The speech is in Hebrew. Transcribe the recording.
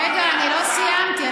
רגע, עוד לא סיימתי.